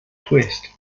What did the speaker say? twist